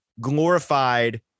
glorified